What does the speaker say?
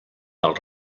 del